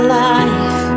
life